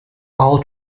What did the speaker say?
all